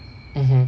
mmhmm